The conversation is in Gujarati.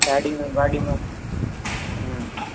ઝાડીનું વાડીમાં હમ